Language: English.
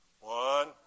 One